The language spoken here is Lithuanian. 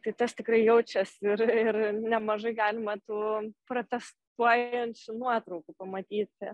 tai tas tikrai jaučiasi ir ir nemažai galima tų protestuojančių nuotraukų pamatyti